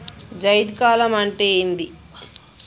జైద్ కాలం అంటే ఏంది?